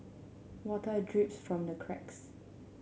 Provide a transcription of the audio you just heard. water drips from the cracks